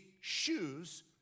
shoes